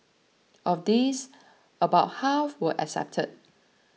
of these about half were accepted